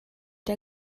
der